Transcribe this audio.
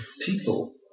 people